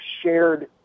shared